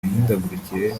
mihindagurikire